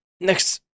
next